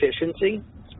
efficiency